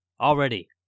already